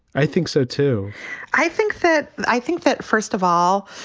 i think so, too i think that i think that first of all,